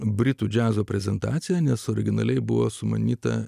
britų džiazo prezentaciją nes originaliai buvo sumanyta